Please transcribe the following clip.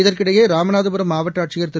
இதற்கிடையே ராமநாதபுரம் மாவட்ட ஆட்சியர் திரு